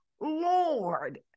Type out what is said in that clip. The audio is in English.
Lord